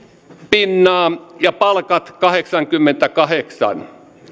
pinnaa ja palkat kahdeksankymmentäkahdeksan